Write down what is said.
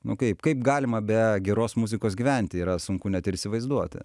nu kaip kaip galima be geros muzikos gyventi yra sunku net ir įsivaizduoti